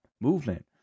movement